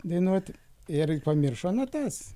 dainuoti ir pamiršo natas